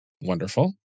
Wonderful